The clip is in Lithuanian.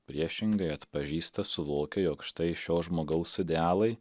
priešingai atpažįsta suvokia jog štai šio žmogaus idealai